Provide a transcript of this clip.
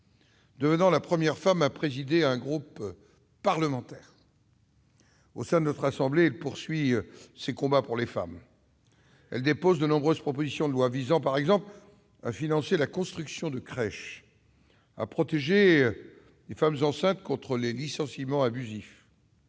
devenant ainsi la première femme à présider un groupe parlementaire. Au sein de notre assemblée, elle poursuit ses combats pour les femmes : elle dépose de nombreuses propositions de loi visant, par exemple, à financer la construction de crèches ou à protéger les femmes enceintes contre les licenciements abusifs.